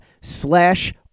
slash